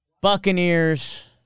Buccaneers